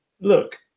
look